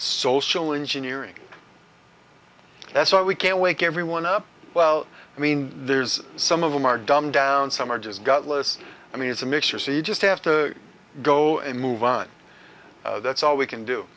social engineering that's why we can't wake everyone up well i mean there's some of them are dumbed down some are just godless i mean it's a mixture so you just have to go and move on that's all we can do